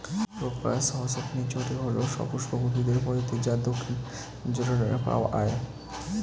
crocus হসকনেইচটি হল সপুষ্পক উদ্ভিদের প্রজাতি যা দক্ষিণ জর্ডানে পাওয়া য়ায়